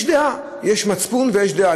יש מצפון ויש דעה.